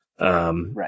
Right